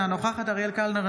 אינה נוכחת אריאל קלנר,